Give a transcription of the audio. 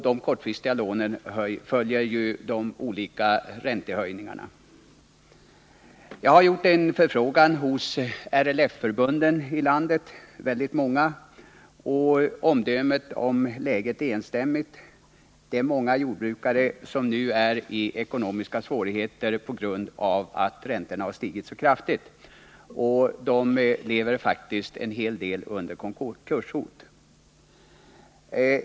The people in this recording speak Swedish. Dessa följer ju de olika räntehöjningarna. Jag har gjort en förfrågan hos många av LRF-förbunden i landet, och omdömet om läget är enstämmigt — det är många jordbrukare som nu befinner sig i ekonomiska svårigheter på grund av att räntorna stigit så kraftigt som de har gjort. En hel del av dem lever faktiskt under konkurshot.